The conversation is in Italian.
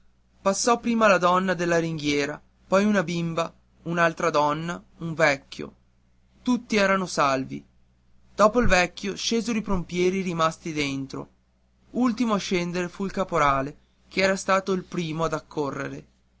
passò prima la donna della ringhiera poi una bimba un'altra donna un vecchio tutti eran salvi dopo il vecchio scesero i pompieri rimasti dentro ultimo a scendere fu il caporale che era stato il primo ad accorrere